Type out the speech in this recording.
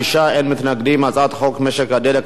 ההצעה להעביר את הצעת חוק משק הדלק,